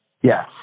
Yes